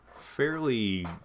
fairly